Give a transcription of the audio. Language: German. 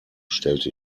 stellte